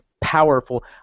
powerful –